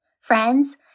Friends